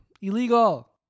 Illegal